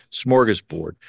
smorgasbord